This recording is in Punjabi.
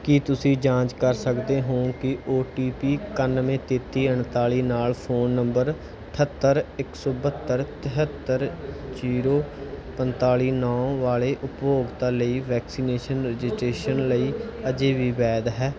ਕੀ ਤੁਸੀਂ ਜਾਂਚ ਕਰ ਸਕਦੇ ਹੋਂ ਕਿ ਓ ਟੀ ਪੀ ਇਕਾਨਵੇਂ ਤੇਤੀ ਉਨਤਾਲੀ ਨਾਲ ਫੋਨ ਨੰਬਰ ਅਠੱਤਰ ਇੱਕ ਸੌ ਬਹੱਤਰ ਤੇਹੱਤਰ ਜ਼ੀਰੋ ਪੰਤਾਲੀ ਨੌਂ ਵਾਲੇ ਉਪਭੋਗਤਾ ਲਈ ਵੈਕਸੀਨੇਸ਼ਨ ਰਜਿਸਟ੍ਰੇਸ਼ਨ ਲਈ ਅਜੇ ਵੀ ਵੈਧ ਹੈ